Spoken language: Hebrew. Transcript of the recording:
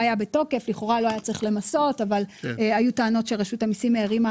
היו טענות על כך שרשות המסים הערימה